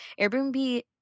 Airbnb